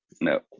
no